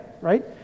Right